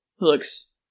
Looks